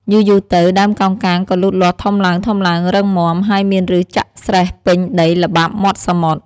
យូរៗទៅ ដើមកោងកាងក៏លូតលាស់ធំឡើងៗ រឹងមាំ ហើយមានប្ញសចាក់ស្រេះពេញដីល្បាប់មាត់សមុទ្រ។